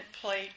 plate